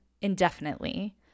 indefinitely